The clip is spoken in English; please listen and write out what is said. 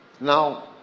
Now